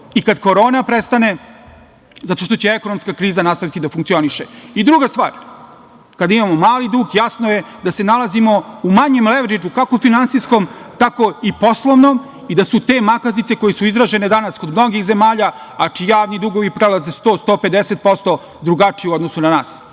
i kad korona prestane zato što će ekonomska kriza nastaviti da funkcioniše. Druga stvar, kada imamo mali dug jasno je da se nalazimo u manjem evridžu, kako u finansijskom tako i poslovnom i da su te makazice koje su izražene danas kod mnogih zemalja, a čiji javni dugovi prelaze 100%, 150% drugačije u odnosu na nas.